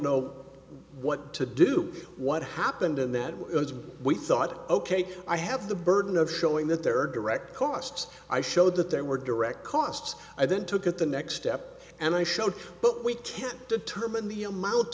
know what to do what happened and that we thought ok i have the burden of showing that there are direct costs i showed that there were direct costs i then took at the next step and i showed but we can't determine the amount